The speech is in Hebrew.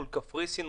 מול קפריסין,